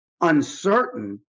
uncertain